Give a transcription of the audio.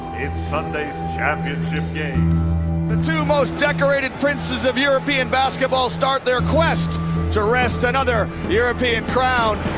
in sunday's championship game the two most decorated princes of european basketball start their quest to wrest another european crown.